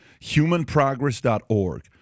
humanprogress.org